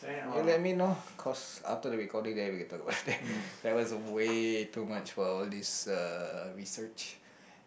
you let me know cause after the recording then we talk about it there was a way too much for all this a research